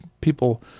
people